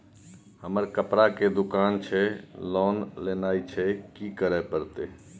हमर कपड़ा के दुकान छे लोन लेनाय छै की करे परतै?